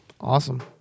awesome